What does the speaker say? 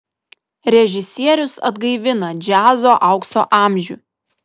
režisierius atgaivina džiazo aukso amžių